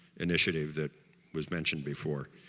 initiative that was mentioned before